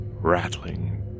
rattling